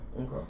Okay